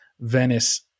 venice